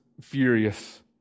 furious